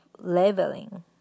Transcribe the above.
leveling